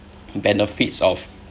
benefits of